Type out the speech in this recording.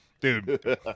dude